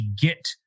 get